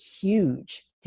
huge